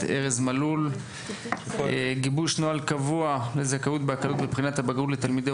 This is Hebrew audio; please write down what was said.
ארז מלול גיבוש נוהל קבוע לזכאות בהקלות בבחינת הבגרות לתלמידי